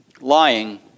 lying